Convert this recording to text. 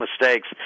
mistakes